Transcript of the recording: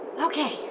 Okay